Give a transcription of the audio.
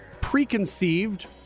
preconceived